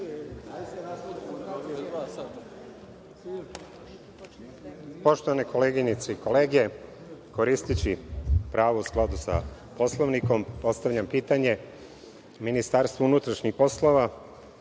Poštovane koleginice i kolege, koristeći pravo u skladu sa Poslovnikom, postavljam pitanje – Ministarstvu unutrašnjih poslova,